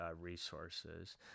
resources